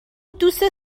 دوست